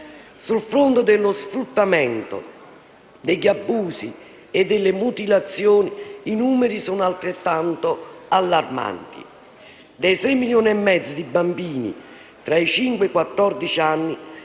Sul fronte dello sfruttamento, degli abusi e delle mutilazioni, i numeri sono altrettanto allarmanti. Dei 6,5 milioni di bambini tra i cinque e quattordici anni